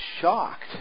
shocked